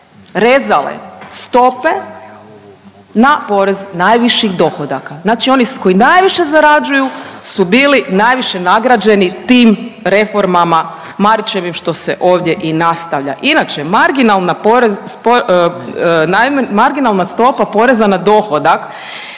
rezale stope na porez najviših dohodaka. Znači oni koji najviše zarađuju su bili najviše nagrađeni tim reformama Marićevim, što se ovdje i nastavlja. Inače, marginalna .../nerazumljivo/...